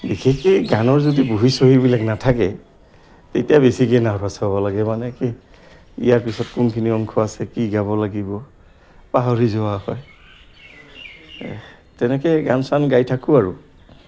বিশেষকে গানৰ যদি বহি চহীবিলাক নাথাকে তেতিয়া বেছিকে নাৰ্ভাছ হ'ব লাগে মানে কি ইয়াৰ পিছত কোনখিনি অংশ আছে কি গাব লাগিব পাহৰি যোৱা হয় তেনেকে গান চান গাই থাকোঁ আৰু